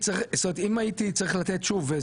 אם הייתי צריך לתת שוב,